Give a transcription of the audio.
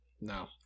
no